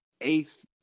eighth